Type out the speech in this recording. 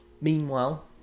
Meanwhile